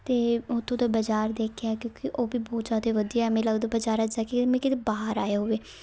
ਅਤੇ ਉੱਥੋਂ ਦਾ ਬਜ਼ਾਰ ਦੇਖਿਆ ਕਿਉਂਕਿ ਉਹ ਵੀ ਬਹੁਤ ਜ਼ਿਆਦਾ ਵਧੀਆ ਐਵੇਂ ਲੱਗਦਾ ਬਜ਼ਾਰ ਜਾ ਕੇ ਜਿਵੇਂ ਕਿਤੇ ਬਾਹਰ ਆਇਆ ਹੋਵੇ